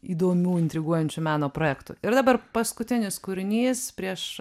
įdomių intriguojančių meno projektų ir dabar paskutinis kūrinys prieš